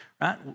right